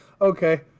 Okay